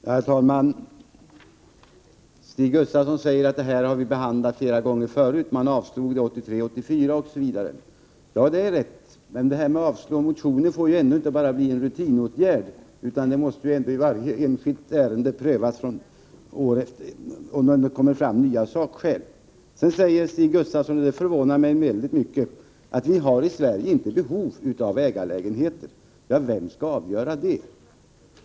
Herr talman! Stig Gustafsson säger att vi behandlat dessa frågor flera gånger förut. Motioner har avslagits 1983 och 1984 osv. Ja, det är rätt. Men det här med att avslå motioner får ändå inte bara bli en rutinåtgärd, utan i varje enskilt fall måste det prövas om det kommit fram nya sakskäl. Sedan säger Stig Gustafsson, och det förvånar mig väldigt mycket, att vi i Sverige inte har behov av ägarlägenheter. Vem skall avgöra det?